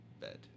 bed